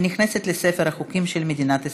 ונכנסת לספר החוקים של מדינת ישראל.